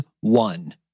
one